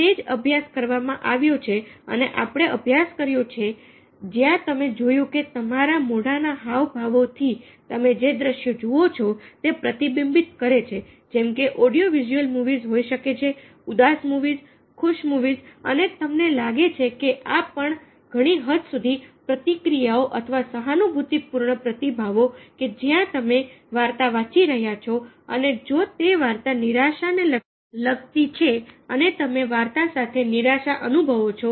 તે જ અભ્યાસ કરવામાં આવ્યો છે અને આપણે અભ્યાસ કર્યો છે જ્યાં તમે જોયું કે તમારા મોઢા ના હાવભાવથી તમે જે દૃશ્યો જુઓ છો તે પ્રતિબિંબિત કરે છે જેમકે ઓડિયો વિઝ્યુઅલ મુવીઝ હોઈ શકે છે ઉદાસ મુવીઝ ખુશ મુવીઝ અને તમને લાગે છે કે આ પણ ઘણી હદ સુધી પ્રતિક્રિયાઓ અથવા સહાનુભૂતિપૂર્ણ પ્રતિભાવો કે જ્યાં તમે વાર્તા વાંચી રહ્યા છો અને જો તે વાર્તા નિરાશાને લગતી છે અને તમે વાર્તા સાથે નિરાશા અનુભવો છો